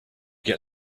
get